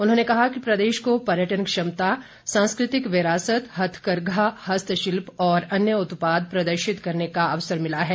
उन्होंने कहा कि प्रदेश को पर्यटन क्षमता सांस्कृतिक विरासत हथकरघा हस्तशिल्प और अन्य उत्पाद प्रदर्शित करने का अवसर मिला है